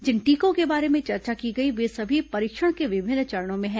जिन टीकों के बारे में चर्चा की गई वे सभी परीक्षण के विभिन्न चरणों में हैं